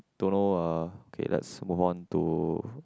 don't know uh K let's move on to